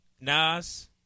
Nas